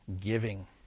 Giving